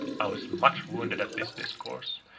i was much wounded at this discourse,